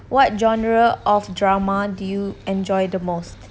what genre of drama do you enjoy the most